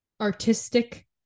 artistic